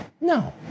No